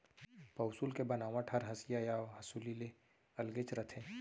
पौंसुल के बनावट हर हँसिया या हँसूली ले अलगेच रथे